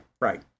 right